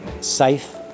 safe